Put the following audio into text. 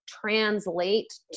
translate